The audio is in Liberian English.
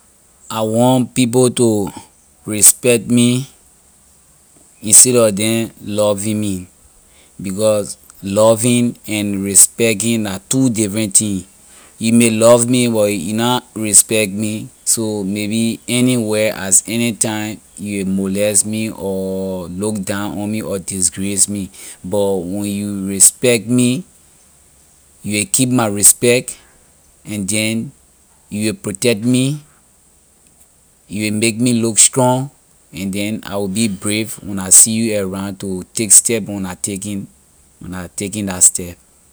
I want people to respect me instead of them loving me because loving and respecting la two different thing. you may love me but you na respect me so maybe anywhere as anytime you will molest me or look down on me or disgrace me but when you respect me you will keep my respect and then you will protect me you will make me look strong and then I will be brave when I see around to take step when I taking when I taking la step.